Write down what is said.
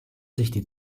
sich